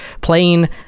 playing